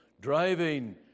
driving